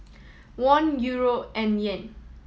Won Euro and Yen